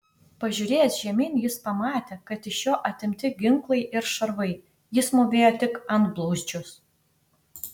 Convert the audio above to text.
pažiūrėjęs žemyn jis pamatė kad iš jo atimti ginklai ir šarvai jis mūvėjo tik antblauzdžius